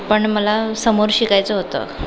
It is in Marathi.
पण मला समोर शिकायचं होतं